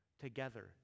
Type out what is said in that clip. together